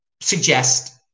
suggest